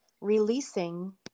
releasing